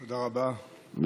תודה רבה, אדוני היושב-ראש.